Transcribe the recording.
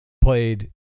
played